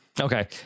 okay